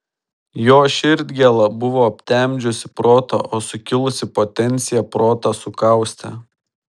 jo širdgėla buvo aptemdžiusi protą o sukilusi potencija protą sukaustė